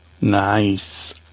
Nice